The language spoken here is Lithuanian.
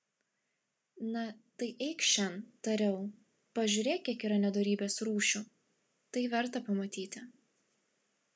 na tai eikš šen tariau pažiūrėk kiek yra nedorybės rūšių tai verta pamatyti